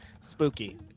spooky